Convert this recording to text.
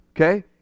Okay